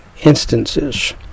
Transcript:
instances